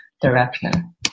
direction